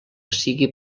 sigui